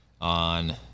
on